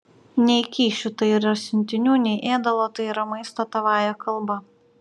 nei kyšių tai yra siuntinių nei ėdalo tai yra maisto tavąja kalba